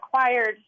acquired